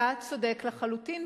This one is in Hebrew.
אתה צודק לחלוטין,